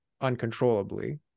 uncontrollably